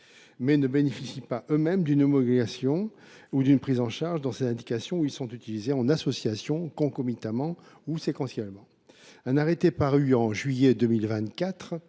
mais ne bénéficient pas eux mêmes d’une homologation ou d’une prise en charge dans ces indications où ils sont utilisés « en association, concomitamment ou séquentiellement ». Un arrêté paru en juillet 2024